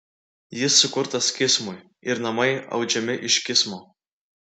jis sukurtas kismui ir namai audžiami iš kismo